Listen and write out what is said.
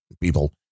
people